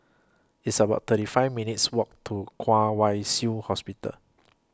It's about thirty five minutes' Walk to Kwong Wai Shiu Hospital